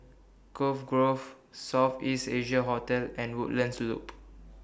Cove Grove South East Asia Hotel and Woodlands Loop